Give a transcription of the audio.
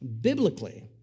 biblically